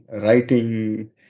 writing